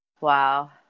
Wow